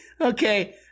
okay